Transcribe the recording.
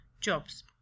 jobs